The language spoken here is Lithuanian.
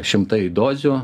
šimtai dozių